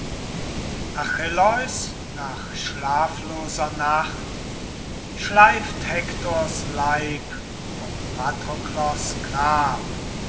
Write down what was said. achilleus nach schlafloser nacht schleift hektors leib um patroklos grab